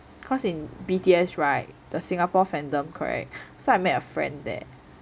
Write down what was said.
cause in B_T_S [right] the Singapore fandom correct so I met a friend there